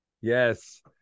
Yes